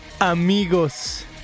Amigos